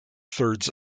thirds